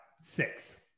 six